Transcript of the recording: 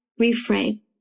reframe